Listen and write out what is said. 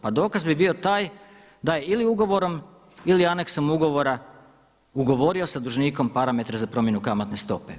Pa dokaz bi bio taj da je ili ugovorom ili aneksom ugovora ugovorio sa dužnikom parametre za promjenu kamatne stope.